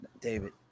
David